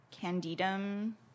candidum